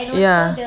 ya